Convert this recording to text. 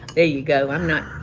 there you go. i'm not,